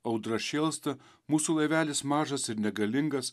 audra šėlsta mūsų laivelis mažas ir negalingas